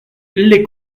les